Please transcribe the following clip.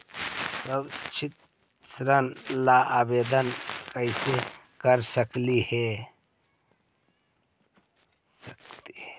शैक्षिक ऋण ला ऑनलाइन आवेदन कैसे कर सकली हे?